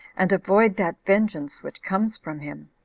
and avoid that vengeance which comes from him.